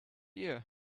year